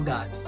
God